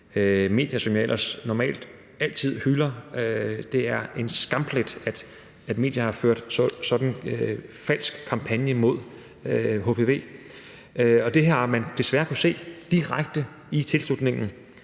jeg ellers normalt altid hylder. Det er en skamplet, at medier har ført sådan en falsk kampagne mod hpv, og det har man desværre kunnet se direkte i tilslutningen.